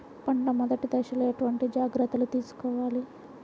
పంట మెదటి దశలో ఎటువంటి జాగ్రత్తలు తీసుకోవాలి?